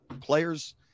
players